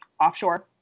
offshore